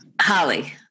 Holly